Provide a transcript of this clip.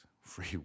free